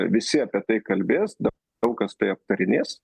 visi apie tai kalbės da daug kas tai aptarinės